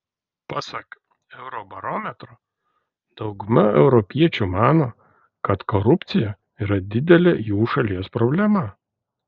pasak eurobarometro dauguma europiečių mano kad korupcija yra didelė jų šalies problema